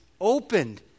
opened